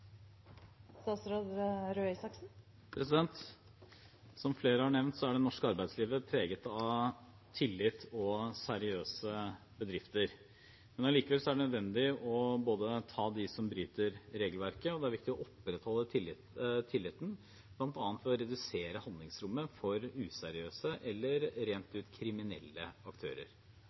det norske arbeidslivet preget av tillit og seriøse bedrifter. Allikevel er det nødvendig å ta dem som bryter regelverket, og det er viktig å opprettholde tilliten, bl.a. ved å redusere handlingsrommet for useriøse eller rent ut kriminelle